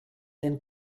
den